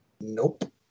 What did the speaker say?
Nope